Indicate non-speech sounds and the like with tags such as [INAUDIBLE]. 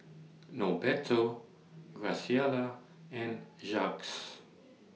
[NOISE] Norberto Graciela and Jacques